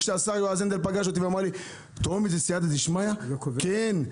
כאשר השר יועז הנדל פגש אותי ואמר לי: "טרומית זה סיעתא דשמיא?" כן.